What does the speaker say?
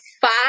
five